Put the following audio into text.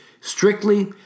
strictly